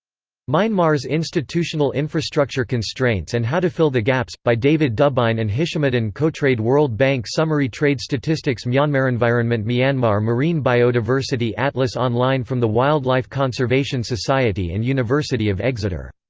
myanmar's institutional infrastructure constraints and how to fill the gaps, by david dubyne and hishamuddin kohtrade world bank summary trade statistics myanmarenvironment myanmar marine biodiversity atlas online from the wildlife conservation society and university of exeter